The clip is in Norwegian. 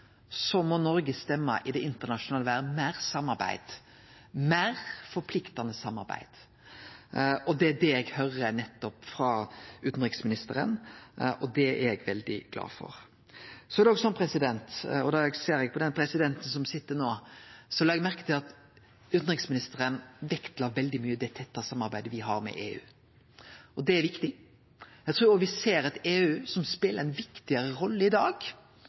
Så er det òg slik, president – og da ser eg på den presidenten som sit her no – at eg la merke til at utanriksministeren vektla veldig sterkt det tette samarbeidet me har med EU. Det er viktig. Eg trur òg me ser eit EU som speler ei viktigare rolle i dag